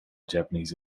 japanese